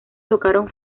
tocaron